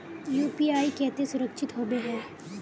UPI केते सुरक्षित होबे है?